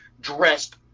dressed